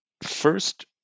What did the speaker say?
First